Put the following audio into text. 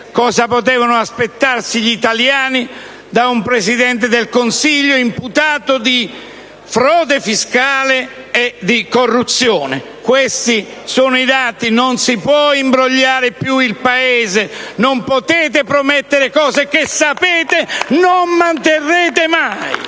cosa potevano aspettarsi gli italiani da un Presidente del Consiglio imputato per frode fiscale e corruzione? Questi sono i dati e non si può più imbrogliare il Paese; non potete promettere cose che sapete non manterrete mai.